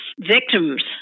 victims